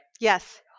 Yes